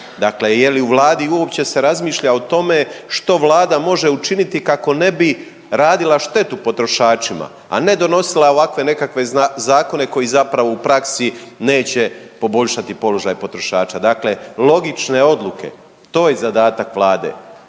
Dakle je li u Vladi uopće se razmišlja o tome što Vlada može učiniti kako ne bi radila štetu potrošačima, a ne donosila ovakve nekakve zakone koji zapravo u praksi neće poboljšati položaj potrošača. Dakle, logične odluke, to je zadatak Vlade.